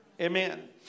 Amen